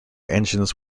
engines